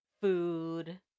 food